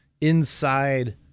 inside